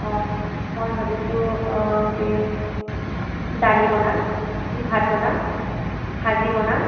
অঁ মই ভাবিছোঁ যে দালি বনাম ভাত বনাম ভাজি বনাম